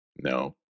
No